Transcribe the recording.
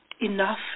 enough